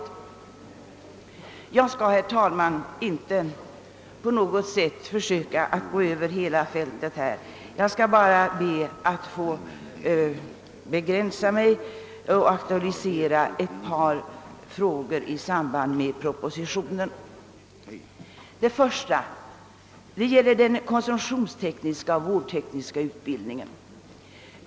Jag skall, herr talman, inte på något sätt ge mig in på hela fältet, utan bara aktualisera ett par spörsmål i samband med propositionen. Det första gäller den konsumtionstekniska och vårdtekniska utbildningen.